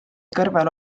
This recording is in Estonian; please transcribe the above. kõrvale